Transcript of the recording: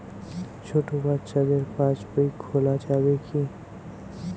ছোট বাচ্চাদের পাশবই খোলা যাবে কি?